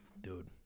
Dude